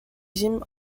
jim